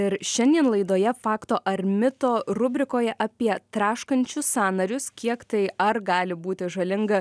ir šiandien laidoje fakto ar mito rubrikoje apie traškančius sąnarius kiek tai ar gali būti žalinga